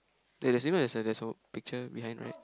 wait there's even a suggest oh picture behind right